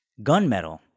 gunmetal